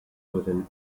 within